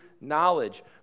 knowledge